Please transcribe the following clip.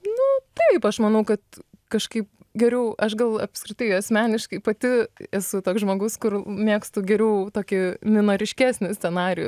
nu taip aš manau kad kažkaip geriau aš gal apskritai asmeniškai pati esu toks žmogus kur mėgstu geriau tokį minoriškesnį scenarijų